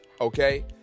okay